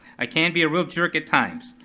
i can be a real jerk at times,